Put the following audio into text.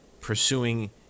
pursuing